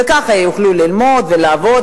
וככה יוכלו ללמוד ולעבוד,